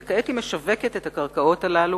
וכעת היא משווקת את הקרקעות הללו